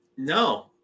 No